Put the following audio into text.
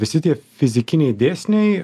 visi tie fizikiniai dėsniai